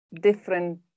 different